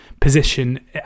position